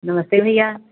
नमस्ते भैया